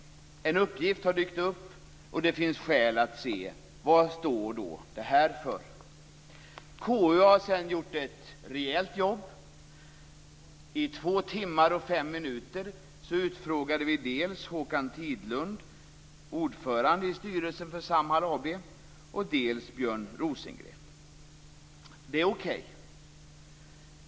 En uppgift har dykt upp, och det finns skäl att se vad den står för. KU har sedan gjort ett rejält jobb. I två timmar och fem minuter frågade vi ut dels Håkan Tidlund, ordförande i styrelsen för Samhall AB, dels Björn Rosengren. Det är okej.